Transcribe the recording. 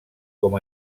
com